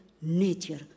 nature